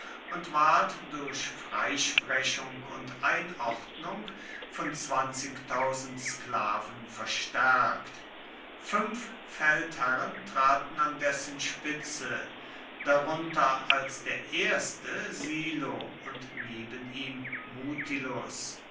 und ward durch freisprechung und einordnung von sklaven verstärkt fünf feldherren traten an dessen spitze darunter als der erste silo und neben ihm mutilus